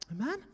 Amen